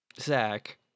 Zach